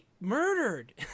murdered